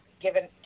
given